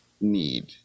need